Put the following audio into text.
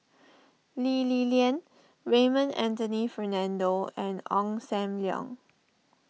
Lee Li Lian Raymond Anthony Fernando and Ong Sam Leong